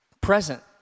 present